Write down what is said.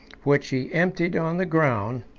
which he emptied on the ground,